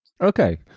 Okay